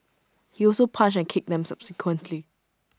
he also punched and kicked them subsequently